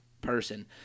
person